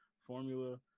formula